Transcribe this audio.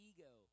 Ego